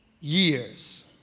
years